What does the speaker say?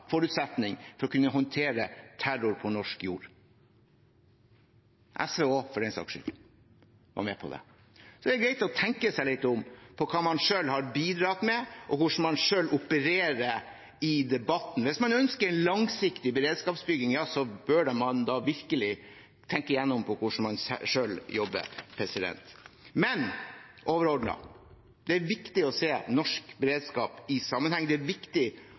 forutsetning for å kunne håndtere terror på norsk jord – for den saks skyld var også SV med på det. Det er greit å tenke seg litt om når det gjelder hva man selv har bidratt med, og hvordan man selv opererer i debatten. Hvis man ønsker en langsiktig beredskapsbygging, bør man da virkelig tenke gjennom hvordan man selv jobber. Men overordnet: Det er viktig å se norsk beredskap i sammenheng, det er viktig